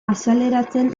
azaleratzen